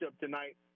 tonight